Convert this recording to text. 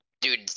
dude